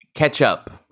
Ketchup